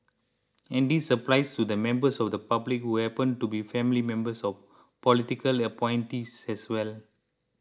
and this applies to the members of the public who happen to be family members of political appointees as well